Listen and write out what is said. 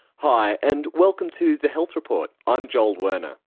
hi, and welcome to the health report. i'm joel werner.